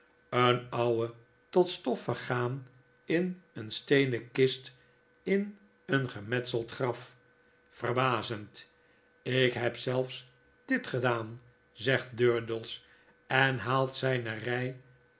een ouwe tot stof vergaanineen steenen kist in een gemetseld graf verbazend v jk heb zelfs dit gedaan zegt durdels en haalt zijne